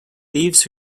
thieves